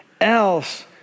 else